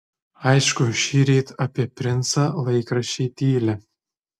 aišku šįryt apie princą laikraščiai tyli